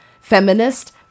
feminist